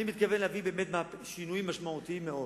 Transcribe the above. אני מתכוון להביא באמת שינויים משמעותיים מאוד,